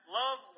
love